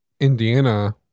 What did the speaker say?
Indiana